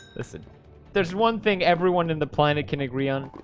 listen there's one thing everyone in the planet can agree on